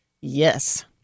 Yes